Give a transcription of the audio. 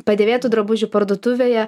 padėvėtų drabužių parduotuvėje